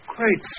Great